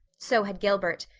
so had gilbert.